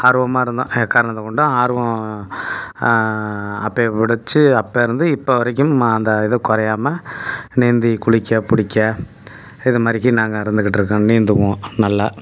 ஆர்வமாக இருந்தோம் எக்காரணத்தை கொண்டும் ஆர்வம் அப்பய பிடிச்சி அப்போ இருந்து இப்போ வரைக்கும் அந்த இது குறையாம நீந்திக் குளிக்க பிடிக்க இது மாதிரிக்கி நாங்கள் இருந்துக்கிட்டு இருக்கோம் நீந்துவோம் நல்லா